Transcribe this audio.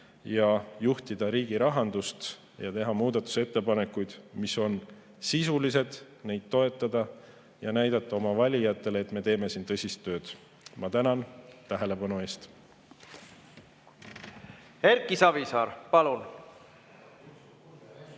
ja juhtida riigi rahandust. Me võime teha muudatusettepanekuid, mis on sisulised, neid toetada ja näidata oma valijatele, et me teeme siin tõsist tööd. Ma tänan tähelepanu eest! Erki Savisaar, palun!